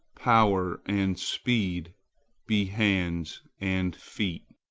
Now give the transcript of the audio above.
power and speed be hands and feet.